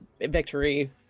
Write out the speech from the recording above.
victory